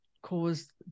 caused